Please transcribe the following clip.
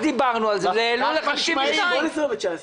ב-2018 או ב-2019?